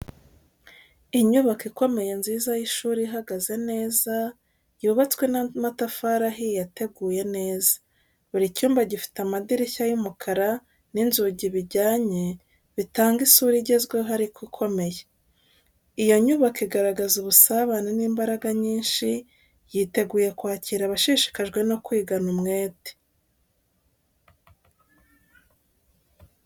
Inyubako ikomeye nziza y'ishuri ihagaze neza, yubatswe n’amatafari ahiye ateguye neza. Buri cyumba gifite amadirishya y’umukara n’inzugi bijyanye, bitanga isura igezweho ariko ikomeye. Iyo nyubako igaragaza ubusabane n’imbaraga nyinshi, yiteguye kwakira abashishikajwe no kwigana umwete.